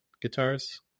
Guitars